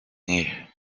дней